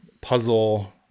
puzzle